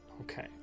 Okay